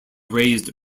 raised